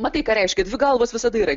matai ką reiškia dvi galvos visada yra